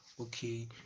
okay